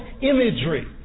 imagery